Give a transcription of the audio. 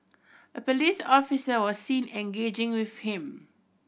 a police officer was seen engaging with him